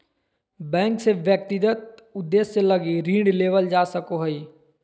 bank से व्यक्तिगत उद्देश्य लगी ऋण लेवल जा सको हइ